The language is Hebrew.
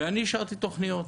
ואני אישרתי תוכניות.